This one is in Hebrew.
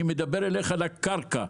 אני מדבר אתך על הקרקע.